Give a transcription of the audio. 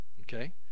Okay